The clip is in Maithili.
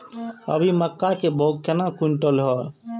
अभी मक्का के भाव केना क्विंटल हय?